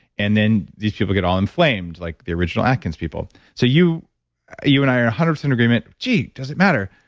and then, these people get all inflamed like the original atkins people. so you you and i are one hundred percent agreement, gee, does it matter?